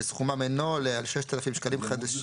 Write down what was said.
שסכומם אינו עולה על 6,000 שקלים חדשים,